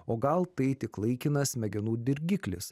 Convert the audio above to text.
o gal tai tik laikinas smegenų dirgiklis